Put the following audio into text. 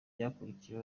byakurikiye